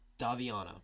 Daviana